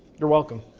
you're welcome.